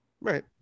Right